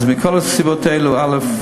אז מכל הסיבות האלה, א.